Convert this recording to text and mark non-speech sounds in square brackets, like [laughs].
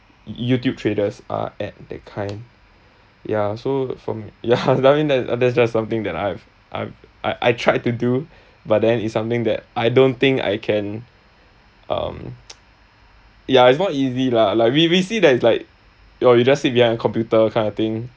youtube traders are at that kind ya so from ya [laughs] that's just something that I've I I I tried to do but then it's something that I don't think I can um [noise] yeah it's not easy lah like we we see that it's like you're you just sit behind a computer kind of thing